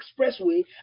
Expressway